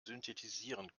synthetisieren